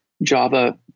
java